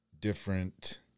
different